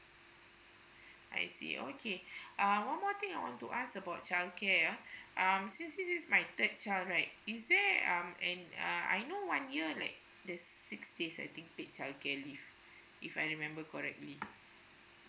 I see okay uh one more thing I want to ask about childcare ah um since this is my third child right is there um an uh I know one year like the six days I think paid childcare leave if I remember correctly